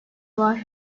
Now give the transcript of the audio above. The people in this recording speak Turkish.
var